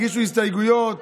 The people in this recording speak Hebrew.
הגישו הסתייגויות,